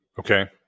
Okay